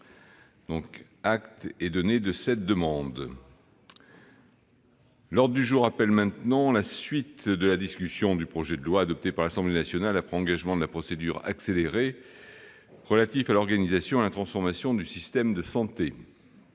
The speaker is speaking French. soir. Acte est donné de cette demande. L'ordre du jour appelle la suite de la discussion du projet de loi, adopté par l'Assemblée nationale après engagement de la procédure accélérée, relatif à l'organisation et à la transformation du système de santé